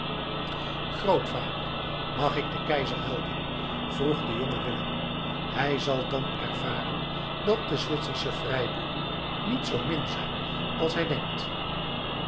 grootvader mag ik den keizer helpen vroeg de jonge willem hij zal dan ervaren dat de zwitsersche vrijboeren niet zoo min zijn als hij denkt